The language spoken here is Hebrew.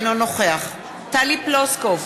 אינו נוכח טלי פלוסקוב,